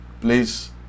Please